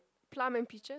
plum and peaches